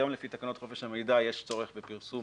היום לפי תקנות חופש המידע יש צורך בפרסום